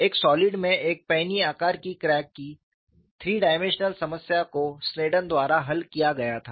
एक सॉलिड में एक पैनी आकार की क्रैक की 3 डायमेंशनल समस्या को स्नेडन द्वारा हल किया गया था